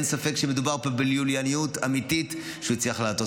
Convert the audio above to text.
אין ספק שמדובר פה בלולייניות אמיתית שהוא הצליח לעשות.